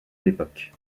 l’époque